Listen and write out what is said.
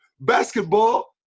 Basketball